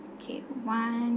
okay one